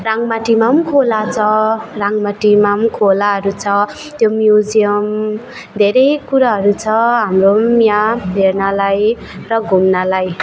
राङ्गामाटीमा खोला छ राङ्गमाटीमा खोलाहरू छ त्यो म्युजियम धेरै कुराहरू छ हाम्रो यहाँ हेर्नलाई र घुम्नलाई